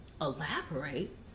Elaborate